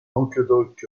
languedoc